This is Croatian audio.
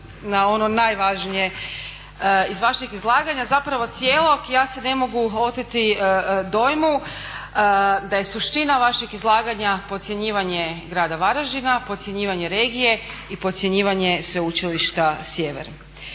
na ono najvažnije. Iz vašeg izlaganja zapravo cijelog ja se ne mogu oteti dojmu da je suština vašeg izlaganja podcjenjivanje grada Varaždina, podcjenjivanje regije i podcjenjivanje Sveučilišta Sjever.